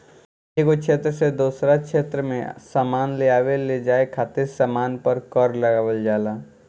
एगो क्षेत्र से दोसरा क्षेत्र में सामान लेआवे लेजाये खातिर सामान पर कर लगावल जाला